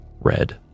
red